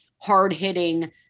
hard-hitting